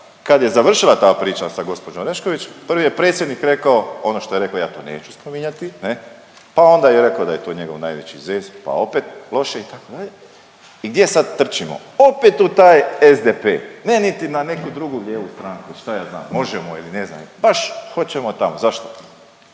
kad je završila ta priča sa gđom Orešković, prvi je predsjednik rekao ono što je rekao ja to neću spominjati, ne, pa onda je rekao da je to njegov najveći zez, pa opet loše, itd., i gdje sad trčimo? Opet u taj SDP. Ne niti na neku drugu lijevu stranku ili šta ja znam, Možemo! ili ne znam, nego baš hoćemo tamo. Zašto?